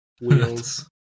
Wheels